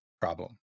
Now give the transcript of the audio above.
problem